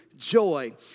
joy